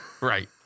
Right